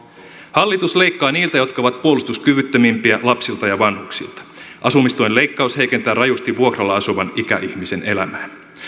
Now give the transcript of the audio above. hallitus leikkaa niiltä jotka ovat puolustuskyvyttömimpiä lapsilta ja vanhuksilta asumistuen leikkaus heikentää rajusti vuokralla asuvan ikäihmisen elämää